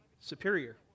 superior